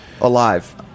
Alive